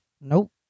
Nope